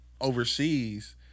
overseas